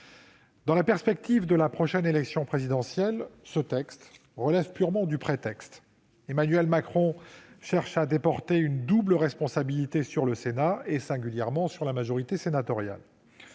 Dans la perspective de la prochaine élection présidentielle, ce texte relève purement du prétexte. Emmanuel Macron cherche à déporter une double responsabilité sur le Sénat et, singulièrement, sur la majorité sénatoriale.